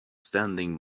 standing